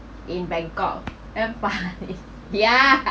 in bangkok damn funny ya